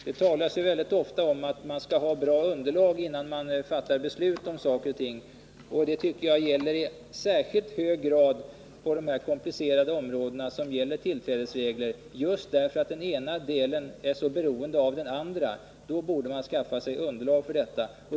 Det talas väldigt ofta om att man skall ha ett bra underlag innan man fattar beslut om saker och ting, och det gäller i särskilt hög grad på de komplicerade områdena som rör tillträdesregler. Just på grund av att den ena delen är så beroende av den andra borde man skaffa sig ett bra underlag.